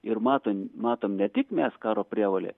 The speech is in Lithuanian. ir mato matom ne tik mes karo prievolė